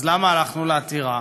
אז למה הלכנו לעתירה?